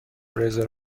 رزرو